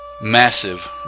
Massive